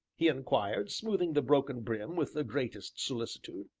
he inquired, smoothing the broken brim with the greatest solicitude.